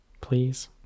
please